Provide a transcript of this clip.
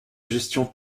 gestion